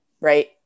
right